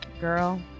girl